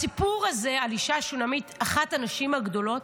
הסיפור הזה על האישה השונמית, אחת הנשים הגדולות,